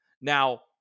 Now